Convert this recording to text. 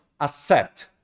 accept